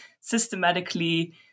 systematically